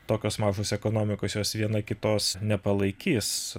tokios mažos ekonomikos jos viena kitos nepalaikys